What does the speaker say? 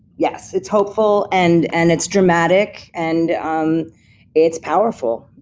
yes. it's hopeful, and and it's dramatic, and um it's powerful.